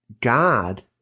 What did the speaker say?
God